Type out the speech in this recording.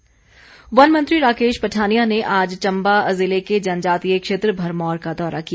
पठानिया वन मंत्री राकेश पठानिया ने आज चंबा जिले के जनजातीय क्षेत्र भरमौर का दौरा किया